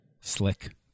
Slick